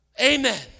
Amen